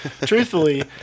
truthfully